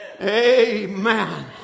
Amen